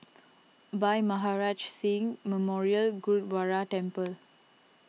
Bhai Maharaj Singh Memorial Gurdwara Temple